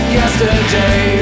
yesterday